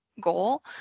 goal